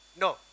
No